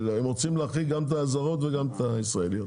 הם רוצים להחריג גם את הזרות וגם את הישראליות.